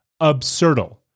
Absurdal